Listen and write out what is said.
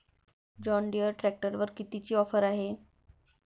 John Deere ट्रॅक्टरवर कितीची offer हाये?